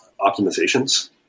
optimizations